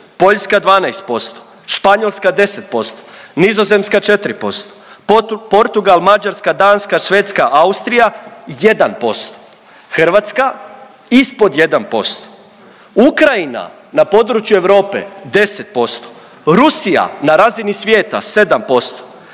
Poljska 12%, Španjolska 10%, Nizozemska 4%, Portugal, Mađarska, Danska, Švedska, Austrija 1%, Hrvatska ispod 1%, Ukrajina na području Europe 10%, Rusija na razini svijeta 7%.